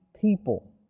people